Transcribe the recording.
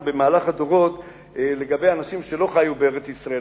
במהלך הדורות לגבי אנשים שלא חיו בארץ-ישראל,